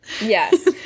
Yes